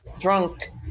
drunk